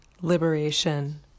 liberation